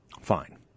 Fine